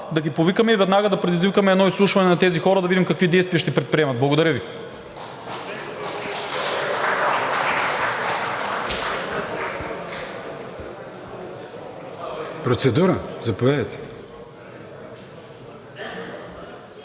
да ги повикаме и веднага да предизвикаме едно изслушване на тези хора, за да видим какви действия ще предприемат. Благодаря Ви. (Ръкопляскания от